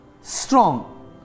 Strong